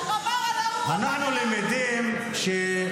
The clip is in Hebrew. --- הם כנראה לא --- אנחנו למדים שמי